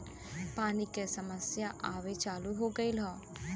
पानी के समस्या आवे चालू हो गयल हौ